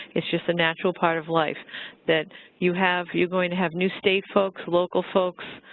it's just a natural part of life that you have you're going to have new state folks, local folks,